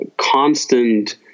constant